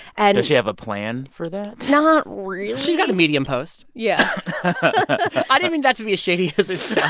and. does she have a plan for that? not really she's got a medium post yeah i didn't mean that to be as shady as it